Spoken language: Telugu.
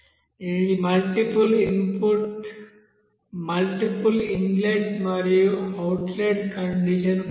ఇది మల్టిపుల్ ఇన్లెట్ మరియు అవుట్లెట్ కండిషన్ కోసం